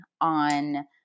on